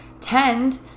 tend